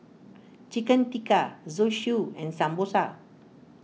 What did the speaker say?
Chicken Tikka Zosui and Samosa